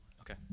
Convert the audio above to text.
Okay